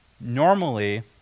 Normally